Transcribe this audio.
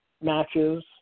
matches